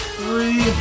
three